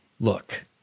look